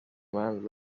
man